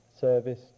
service